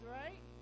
right